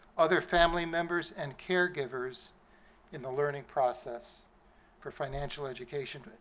other family members, and caregivers in the learning process for financial education,